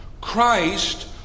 Christ